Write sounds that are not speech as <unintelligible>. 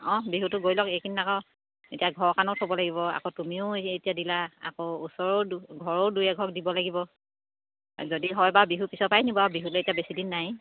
অঁ বিহুটো গৈ লওক এইকেইদিন আকৌ এতিয়া ঘৰৰ কাৰণেও থ'ব লাগিব আকৌ তুমিও এতিয়া দিলা আকৌ ওচৰৰো <unintelligible> ঘৰৰো দুই এঘৰ দিব লাগিব যদি হয় বাৰু বিহু পিছৰপৰাই নিবা বাৰু বিহুলৈ এতিয়া বেছিদিন নাইয়ে